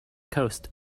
coast